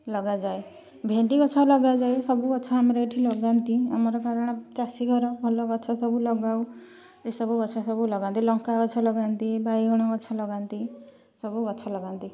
ଲଗାଯାଏ ଭେଣ୍ଡି ଗଛ ଲଗାଯାଏ ସବୁ ଗଛ ଆମର ଏଇଠି ଲଗାନ୍ତି ଆମର କାରଣ ଚାଷୀ ଘର ଭଲ ଗଛ ସବୁ ଲଗାଉ ଏ ସବୁଗଛ ସବୁ ଲଗାନ୍ତି ଲଙ୍କାଗଛ ଲଗାନ୍ତି ବାଇଗଣ ଗଛ ଲଗାନ୍ତି ସବୁଗଛ ଲଗାନ୍ତି